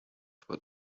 for